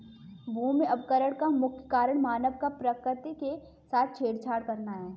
भूमि अवकरण का मुख्य कारण मानव का प्रकृति के साथ छेड़छाड़ करना है